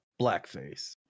blackface